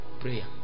Prayer